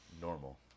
Normal